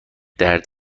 درد